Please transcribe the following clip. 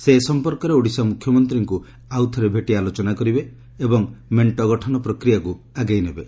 ସେ ଏ ସଫପର୍କରେ ଓଡ଼ିଶା ମୁଖ୍ୟମନ୍ତ୍ରୀଙ୍କୁ ଆଉଥରେ ଭେଟି ଆଲୋଚନା କରିବେ ଏବଂ ମେଣ୍ଟ ଗଠନ ପ୍ରକ୍ରିୟାକୁ ଆଗେଇ ନେବେ